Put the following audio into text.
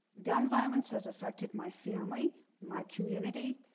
gun violence has affected my family, my community,